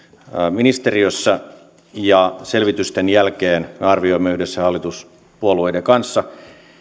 ministeriössä ja selvitysten jälkeen me arvioimme yhdessä hallituspuolueiden kanssa